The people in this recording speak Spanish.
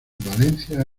valencia